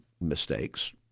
mistakes